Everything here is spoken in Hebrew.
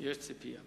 יש ציפייה.